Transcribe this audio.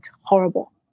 horrible